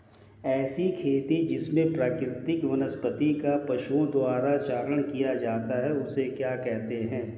ऐसी खेती जिसमें प्राकृतिक वनस्पति का पशुओं द्वारा चारण किया जाता है उसे क्या कहते हैं?